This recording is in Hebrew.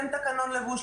כן תקנון לבוש,